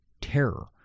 terror